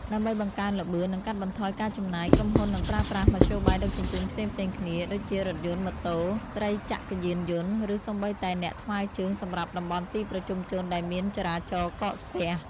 ដើម្បីបង្កើនល្បឿន និងកាត់បន្ថយការចំណាយ ក្រុមហ៊ុននឹងប្រើប្រាស់មធ្យោបាយដឹកជញ្ជូនផ្សេងៗគ្នា ដូចជារថយន្ត ម៉ូតូ ត្រីចក្រយានយន្ត ឬសូម្បីតែអ្នកថ្មើរជើងសម្រាប់តំបន់ទីប្រជុំជនដែលមានចរាចរណ៍កកស្ទះ។